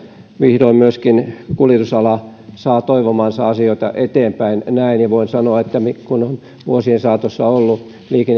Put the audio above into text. vihdoin myöskin kuljetusala saa näin toivomiansa asioita eteenpäin ja voin sanoa kun olen vuosien saatossa ollut liikenne ja